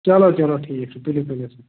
چلو چلو ٹھیٖک چھُ تُلِو تُلِو سا